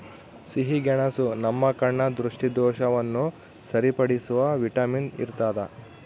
ಸಿಹಿಗೆಣಸು ನಮ್ಮ ಕಣ್ಣ ದೃಷ್ಟಿದೋಷವನ್ನು ಸರಿಪಡಿಸುವ ವಿಟಮಿನ್ ಇರ್ತಾದ